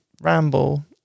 ramble